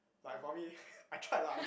like for me I tried lah I try